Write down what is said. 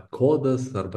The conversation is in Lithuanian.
kodas arba